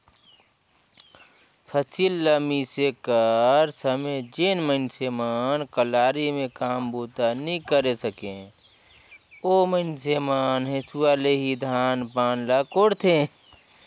फसिल ल मिसे कर समे जेन मइनसे मन कलारी मे काम बूता नी करे सके, ओ मइनसे मन हेसुवा ले ही धान पान ल कोड़थे